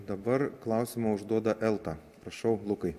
dabar klausimą užduoda elta prašau lukai